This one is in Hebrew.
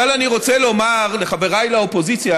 אבל אני רוצה לומר לחבריי לאופוזיציה,